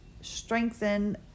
strengthen